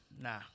Nah